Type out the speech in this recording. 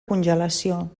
congelació